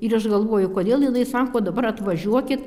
ir aš galvoju kodėl jinai sako dabar atvažiuokit